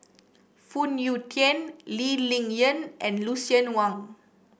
Phoon Yew Tien Lee Ling Yen and Lucien Wang